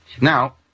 Now